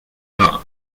are